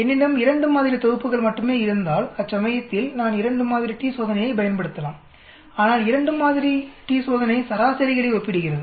என்னிடம் 2 மாதிரி தொகுப்புகள் மட்டுமே இருந்தால் அச்சமயத்தில் நான் 2 மாதிரி t சோதனையைப் பயன்படுத்தலாம்ஆனால் 2 மாதிரி t சோதனை சராசரிகளை ஒப்பிடுகிறது